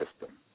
system